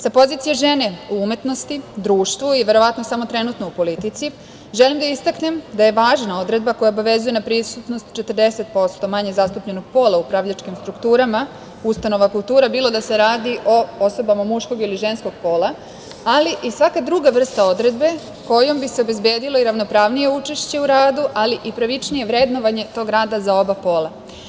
Sa pozicije žene u umetnosti, društvu i verovatno samo trenutno u politici, želim da istaknem da je važna odredba koja obavezuje na prisutnost 40% manje zastupljenog pola u upravljačkim strukturama ustanova kultura, bilo da se radi o osobama muškog ili ženskog pola, ali i svaka druga vrsta odredbe kojom bi se obezbedilo i ravnopravnije učešće u radu, ali i pravičnije vrednovanje tog rada za oba pola.